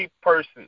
person